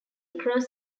across